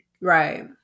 Right